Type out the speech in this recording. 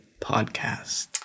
podcast